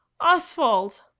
Oswald